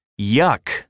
Yuck